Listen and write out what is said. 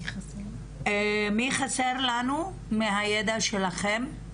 מי חסר לנו מהידע שלכם?